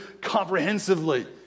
comprehensively